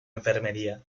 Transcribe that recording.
enfermería